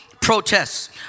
protests